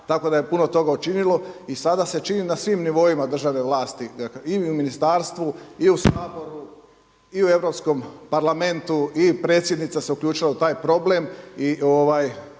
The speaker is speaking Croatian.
tako da je puno toga učinilo. I sada se čini na svim nivoima državne vlasti, dakle i u ministarstvu i u Saboru i u Europskom parlamentu. I predsjednica se uključila u taj problem.